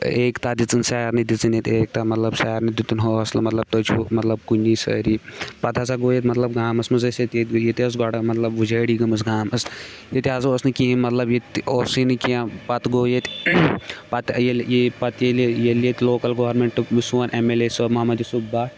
ایکتا دِژٕن سارنی دِژٕن ییٚتہِ ایکتا مطلب سارنی دِتُن حوصلہٕ مطلب تُہۍ چھُ مطلب کُنی سٲری پَتہٕ ہَسا گوٚو ییٚتہِ مطلب گامَس منٛز ٲسۍ ییٚتہِ ییٚتہِ ییٚتہِ حظ ٲس گۄڈٕ مطلب وُجٲڑی گٔمٕژ گامَس ییٚتہِ حظ اوس نہٕ کِہیٖنۍ مطلب ییٚتہِ اوسُے نہٕ کینٛہہ پَتہٕ گوٚو ییٚتہِ پَتہٕ ییٚلہِ یی پَتہٕ ییٚلہِ ییٚلہِ ییٚتہِ لوکَل گورنمنٹُک سون M L A Sahab Mohammad Yusuf Bhat